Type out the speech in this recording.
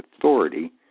authority